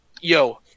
Yo